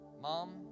Mom